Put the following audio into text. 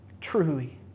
truly